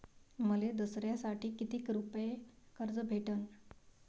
मले दसऱ्यासाठी कितीक रुपये कर्ज भेटन?